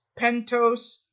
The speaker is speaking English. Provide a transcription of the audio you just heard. Pentos